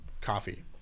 coffee